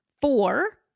four